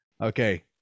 okay